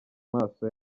maso